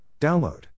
Download